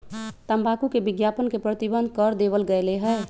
तंबाकू के विज्ञापन के प्रतिबंध कर देवल गयले है